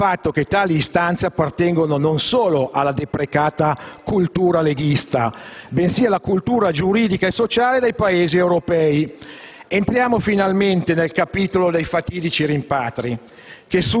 sul fatto che tali istanze appartengono non solo alla deprecata cultura leghista, bensì alla cultura giuridica e sociale dei Paesi europei. Entriamo finalmente nel capitolo dei fatidici rimpatri,